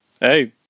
Hey